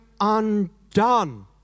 undone